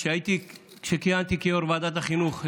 כשכיהנתי כיו"ר ועדת החינוך,